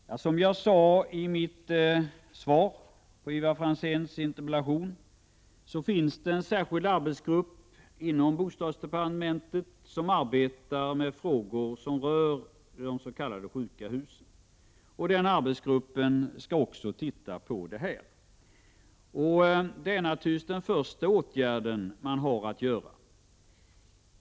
Herr talman! Som jag sade i mitt svar på Ivar Franzéns interpellation finns det en särskild arbetsgrupp inom bostadsdepartementet som arbetar med frågor som rör s.k. sjuka hus. Arbetsgruppen skall också titta på detta problem. Det är naturligtvis den första åtgärd som man har att vidta.